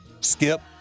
Skip